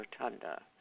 Rotunda